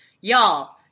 Y'all